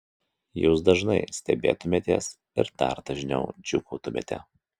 jūs dažnai stebėtumėtės ir dar dažniau džiūgautumėte